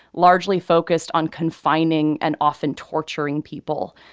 largely focused on confining and often torturing people.